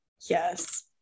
Yes